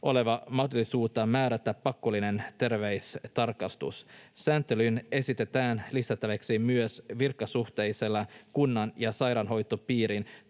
olevaa mahdollisuutta määrätä pakollinen terveystarkastus. Sääntelyyn esitetään lisättäväksi myös virkasuhteiselle kunnan ja sairaanhoitopiirin